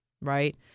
right